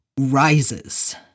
rises